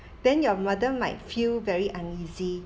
then your mother might feel very uneasy